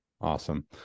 Awesome